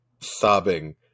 sobbing